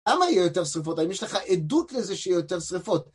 למה יהיו יותר שריפות? האם יש לך עדות לזה שיהיו יותר שריפות?